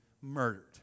murdered